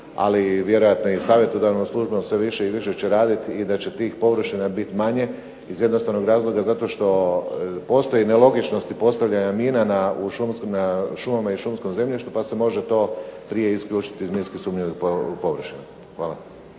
ali i vjerojatno i savjetodavnom službom sve više će raditi i da će tih površina biti manje iz jednostavnog razloga zato što postoje nelogičnosti postavljanja mina na šumama i šumskom zemljištu pa se može to prije isključiti iz minski sumnjivih površina. Hvala.